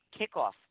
kickoff